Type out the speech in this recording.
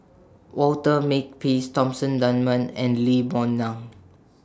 Walter Makepeace Thomsen Dunman and Lee Boon Ngan